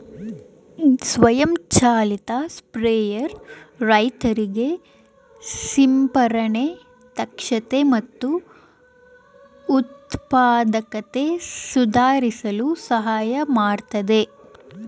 ಸ್ವಯಂ ಚಾಲಿತ ಸ್ಪ್ರೇಯರ್ ರೈತರಿಗೆ ಸಿಂಪರಣೆ ದಕ್ಷತೆ ಮತ್ತು ಉತ್ಪಾದಕತೆ ಸುಧಾರಿಸಲು ಸಹಾಯ ಮಾಡ್ತದೆ